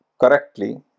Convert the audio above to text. correctly